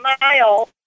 mile